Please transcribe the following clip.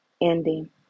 ending